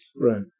Right